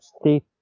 state